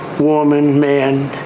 woman, man,